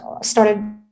started